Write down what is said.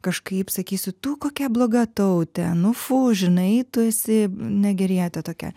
kažkaip sakysiu tu kokia bloga taute nu fu žinai tu esi negerietė tokia